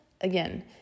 again